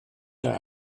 der